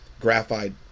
graphite